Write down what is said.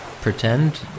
pretend